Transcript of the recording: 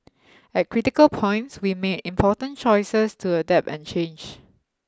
at critical points we made important choices to adapt and change